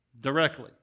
directly